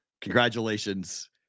Congratulations